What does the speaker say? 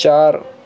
چار